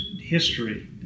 history